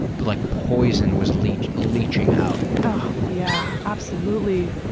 but like poison was leeching leeching out. oh, yeah. absolutely.